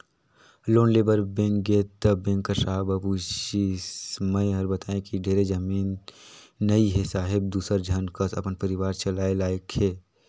loan लेय बर bank गेंव त बेंक कर साहब ह पूछिस मै हर बतायें कि ढेरे जमीन नइ हे साहेब दूसर झन कस अपन परिवार चलाय लाइक हे